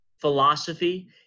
philosophy